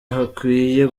hakwiye